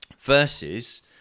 versus